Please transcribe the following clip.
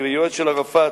כיועץ של ערפאת,